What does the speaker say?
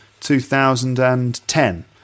2010